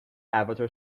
avatar